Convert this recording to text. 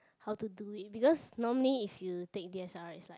how to do it because normally if you take d_s_l_r is right